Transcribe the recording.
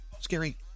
Scary